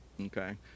okay